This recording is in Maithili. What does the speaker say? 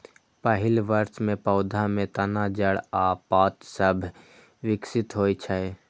पहिल वर्ष मे पौधा मे तना, जड़ आ पात सभ विकसित होइ छै